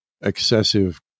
excessive